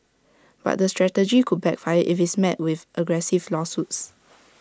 but the strategy could backfire if IT is met with aggressive lawsuits